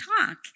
talk